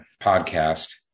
podcast